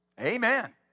Amen